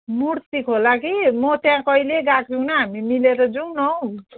मुर्ती खोला कि म त्यहाँ कहिले गएको छैन हामी मिलेर जाउन हौ